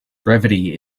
brevity